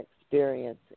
experience